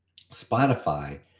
Spotify